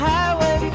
Highway